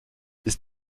ist